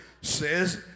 says